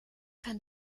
kann